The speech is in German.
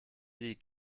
die